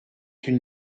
une